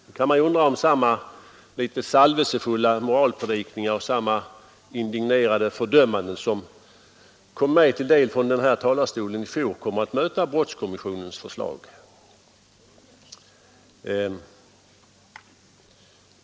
Nu kan man undra om samma salvelsefulla moralpredikningar och samma indignerade fördömanden som kom mig till del från denna talarstol i fjol kommer att möta brottskommissionens förslag.